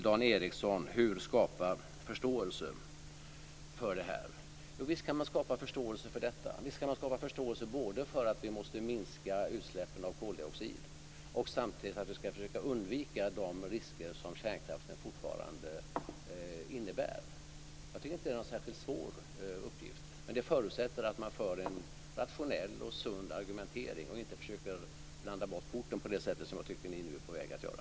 Dan Ericsson undrade hur man skulle skapa förståelse för detta. Visst kan man skapa förståelse både för att vi måste minska utsläppen av koldioxid och för att vi måste försöka att undvika de risker som kärnkraften fortfarande innebär. Jag tycker inte att detta är någon särskilt svår uppgift. Men det förutsätter att man för en rationell och sund argumentering och inte försöker att blanda bort korten på det sätt som jag tycker att ni nu är på väg att göra.